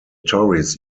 tories